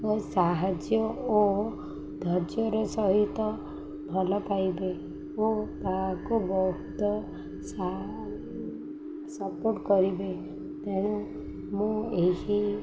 ମୋ ସାହାଯ୍ୟ ଓ ଧର୍ଯ୍ୟର ସହିତ ଭଲ ପାଇବେ ଓ ତାକୁ ବହୁତ ସପୋର୍ଟ କରିବେ ତେଣୁ ମୁଁ ଏହି